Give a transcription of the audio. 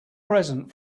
present